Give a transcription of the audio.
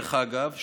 דרך אגב,